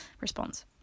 response